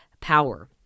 power